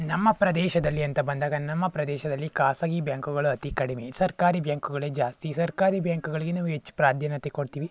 ನಮ್ಮ ಪ್ರದೇಶದಲ್ಲಿ ಅಂತ ಬಂದಾಗ ನಮ್ಮ ಪ್ರದೇಶದಲ್ಲಿ ಖಾಸಗಿ ಬ್ಯಾಂಕುಗಳು ಅತಿ ಕಡಿಮೆ ಸರ್ಕಾರಿ ಬ್ಯಾಂಕುಗಳೇ ಜಾಸ್ತಿ ಸರ್ಕಾರಿ ಬ್ಯಾಂಕುಗಳಿಗೆ ನಾವು ಹೆಚ್ಚು ಪ್ರಾಧಾನ್ಯತೆ ಕೊಡ್ತೀವಿ